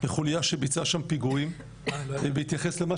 והחוק הזה בהחלט לא צריך לפטור אותנו מזה